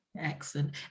excellent